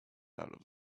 out